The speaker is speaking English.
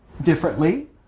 differently